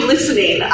listening